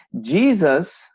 Jesus